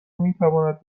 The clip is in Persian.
میتواند